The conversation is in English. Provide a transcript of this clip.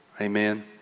amen